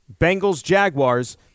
Bengals-Jaguars